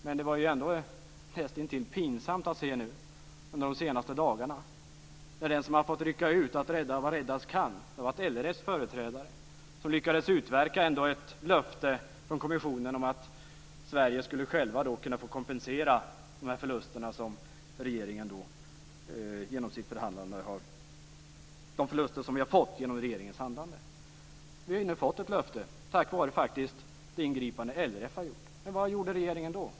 Men det var ju ändå näst intill pinsamt att se nu, under de senaste dagarna, när den som har fått rycka ut för att rädda vad som räddas kunde var LRF:s företrädare, som ändå lyckades utverka ett löfte från kommissionen om att Sverige självt skulle kunna få kompensera för de förluster som vi har fått genom regeringens handlande. Vi har nu fått ett löfte, tack vare det ingripande som LRF har gjort. Men vad gjorde regeringen då?